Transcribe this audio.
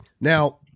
Now